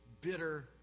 bitter